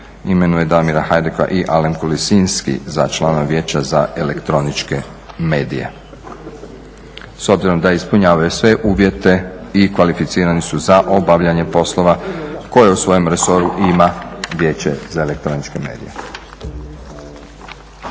imenuje Damira Hajduka i Alemku Lisinski za članove Vijeća za elektroničke medije. S obzirom da ispunjava ove sve uvjete i kvalificirani su za obavljanje poslova koje u svom resoru ima Vijeća za elektroničke medije.